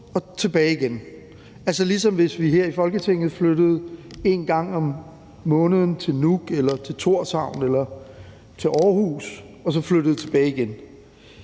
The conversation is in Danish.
og tilbage igen, altså ligesom hvis vi her i Folketinget en gang om måneden flyttede til Nuuk, til Tórshavn eller til Aarhus og vi så flyttede tilbage igen.